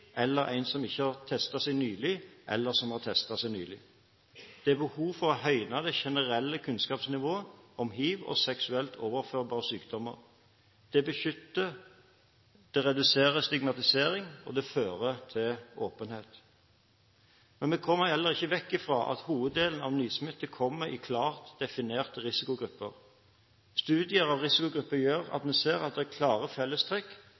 en hivpositiv, en som ikke har testet seg nylig, eller en som har testet seg nylig. Det er behov for å høyne det generelle kunnskapsnivået om hiv og seksuelt overførbare sykdommer. Det beskytter, det reduserer stigmatisering, og det fører til åpenhet. Men vi kommer heller ikke vekk fra at hoveddelen av nysmitte kommer i klart definerte risikogrupper. Studier av risikogrupper gjør at vi ser at det er klare